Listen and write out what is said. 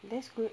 that's good